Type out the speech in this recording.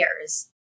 years